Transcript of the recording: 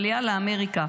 אבל יאללה, אמריקה.